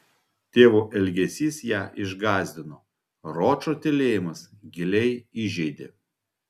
tėvo elgesys ją išgąsdino ročo tylėjimas giliai įžeidė